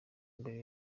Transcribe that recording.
mbere